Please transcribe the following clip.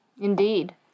Indeed